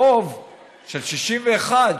ברוב של 61,